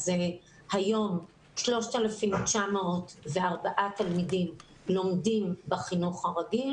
היום 3,904 תלמידים לומדים בחינוך הרגיל